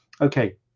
Okay